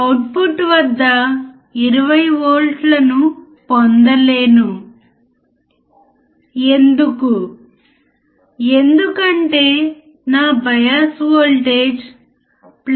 output వద్ద మనము 24V చూడలేము ఎందుకంటే మనం ఇస్తున్న బయాస్ వోల్టేజ్ 15